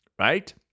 right